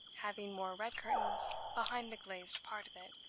having more red curtains behind the glazed part of it,